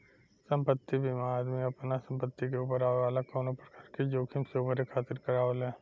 संपत्ति बीमा आदमी आपना संपत्ति के ऊपर आवे वाला कवनो प्रकार के जोखिम से उभरे खातिर करावेला